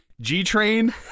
g-train